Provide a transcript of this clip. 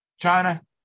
China